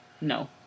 No